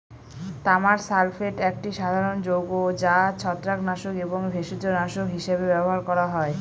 তামার সালফেট একটি সাধারণ যৌগ যা ছত্রাকনাশক এবং ভেষজনাশক হিসাবে ব্যবহার করা হয়